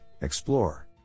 explore